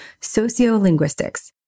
sociolinguistics